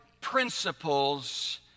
principles